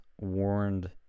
warned